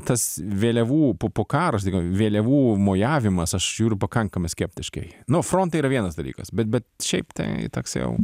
tas vėliavų po po karo vėliavų mojavimas aš žiūriu pakankamai skeptiškai nu fronte yra vienas dalykas bet bet šiaip tai toks jau